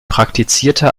praktizierte